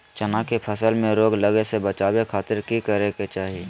चना की फसल में रोग लगे से बचावे खातिर की करे के चाही?